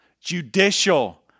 judicial